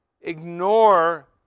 ignore